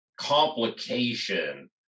Complication